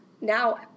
now